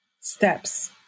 steps